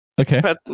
Okay